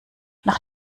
nach